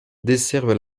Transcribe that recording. desservent